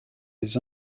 les